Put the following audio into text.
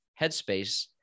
headspace